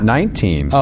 Nineteen